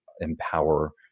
empower